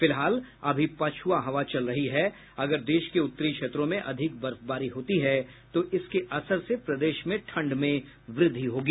फिलहाल अभी पछुआ हवा चल रही है अगर देश के उत्तरी क्षेत्रों में अधिक बर्फबारी होती है तो इसके असर से प्रदेश में ठंड में वृद्धि होगी